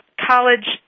college